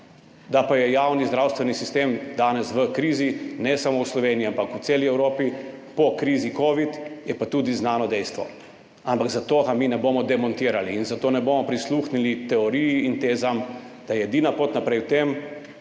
Da pa je javni zdravstveni sistem danes v krizi, ne samo v Sloveniji, ampak v celi Evropi, po krizi covid, je pa tudi znano dejstvo. Ampak zato ga mi ne bomo demontirali in zato ne bomo prisluhnili teoriji in tezam, da je edina pot naprej v tem,